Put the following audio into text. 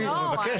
מבקש.